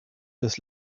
des